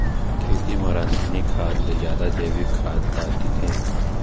खेती म रसायनिक खाद ले जादा जैविक खाद ला देथे